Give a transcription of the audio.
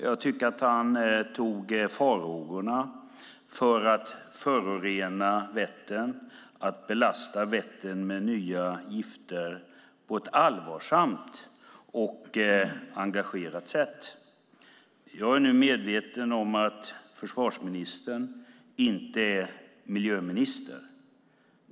Jag tycker att han tog farhågorna för att förorena Vättern och belasta Vättern med nya gifter på ett allvarsamt och engagerat sätt. Jag är nu medveten om att försvarsministern inte är miljöminister.